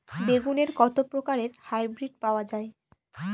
বেগুনের কত প্রকারের হাইব্রীড পাওয়া যায়?